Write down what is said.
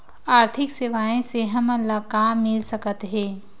आर्थिक सेवाएं से हमन ला का मिल सकत हे?